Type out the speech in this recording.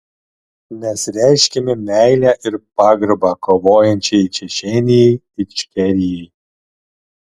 mes reiškiame meilę ir pagarbą kovojančiai čečėnijai ičkerijai